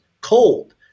cold